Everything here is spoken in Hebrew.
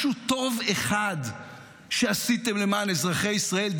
משהו טוב אחד שעשיתם למען אזרחי ישראל,